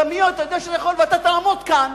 אתה יודע שיכול להיות, ואתה תעמוד כאן